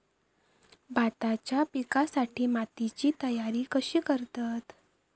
भाताच्या पिकासाठी मातीची तयारी कशी करतत?